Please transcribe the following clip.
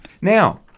Now